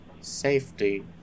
safety